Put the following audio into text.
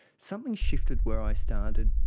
something shifted where i started,